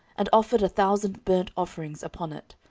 and offered a thousand burnt offerings upon it.